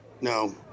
no